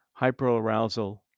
hyperarousal